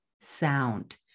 sound